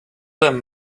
them